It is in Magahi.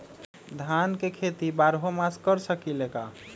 धान के खेती बारहों मास कर सकीले का?